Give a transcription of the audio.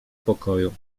pokoju